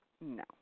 no